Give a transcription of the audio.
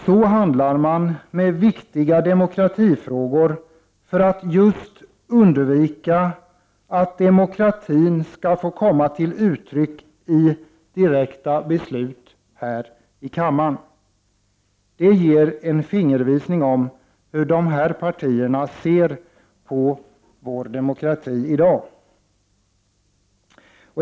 Så handlar man med viktiga demokratifrågor för att just undvika att demokratin får ge ett direkt utslag här i kammaren. Det ger en fingervisning om hur dessa partier ser på vår demokrati i dag.